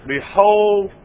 Behold